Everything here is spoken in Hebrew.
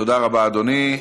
תודה רבה, אדוני.